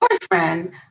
boyfriend